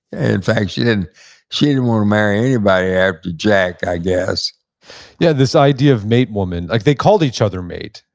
in fact, she didn't and and want to marry anybody after jack, i guess yeah, this idea of mate woman. like they called each other mate.